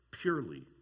purely